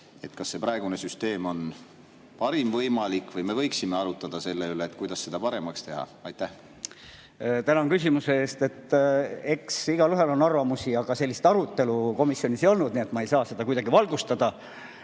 kas praegune süsteem on parim võimalik või me võiksime arutada selle üle, kuidas seda paremaks teha. Tänan